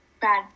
bad